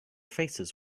faces